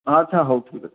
ଆଚ୍ଛା ହଉ ଠିକ୍ ଅଛି